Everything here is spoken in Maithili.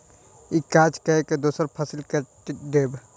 ई काज कय के दोसर फसिल कैट देब